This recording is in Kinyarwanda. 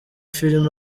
film